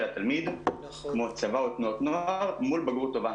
התלמיד כמו צבא או תנועות נוער מול בגרות טובה,